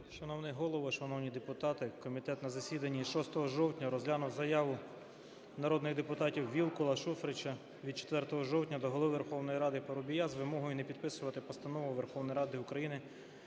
Шановний Голово, шановні депутати, комітет на засіданні 6 жовтня розглянув заяву народних депутатів Вілкула, Шуфрича від 4 жовтня до Голови Верховної Ради Парубія з вимогою не підписувати Постанову Верховної Ради України